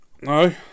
No